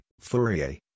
Fourier